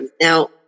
Now